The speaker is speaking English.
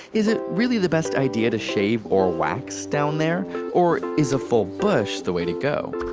is it really the best idea to shave or wax down there or is a full bush the way to go?